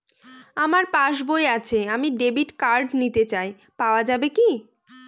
আমার পাসবই আছে আমি ডেবিট কার্ড নিতে চাই পাওয়া যাবে কি?